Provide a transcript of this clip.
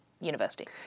University